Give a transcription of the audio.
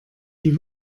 die